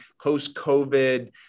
post-COVID